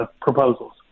proposals